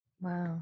Wow